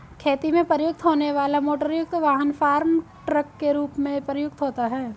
खेती में प्रयुक्त होने वाला मोटरयुक्त वाहन फार्म ट्रक के रूप में प्रयुक्त होता है